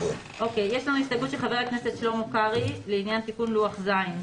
יש לנו הסתייגות של חבר הכנסת שלמה קרעי לעניין תיקון לוח ז'.